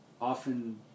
often